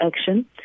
action